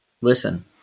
Listen